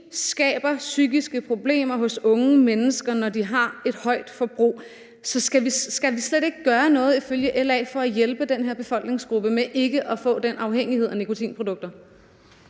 skaber psykiske problemer hos unge mennesker, når de har et højt forbrug. Skal vi ifølge LA så slet ikke gøre noget for at hjælpe den her befolkningsgruppe med ikke at få den afhængighed af nikotinprodukter?